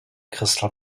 crystal